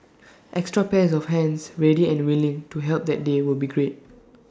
extra pairs of hands ready and willing to help that day would be great